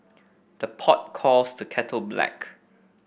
the pot calls the kettle black